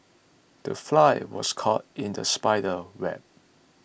the fly was caught in the spider's web